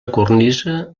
cornisa